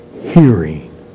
hearing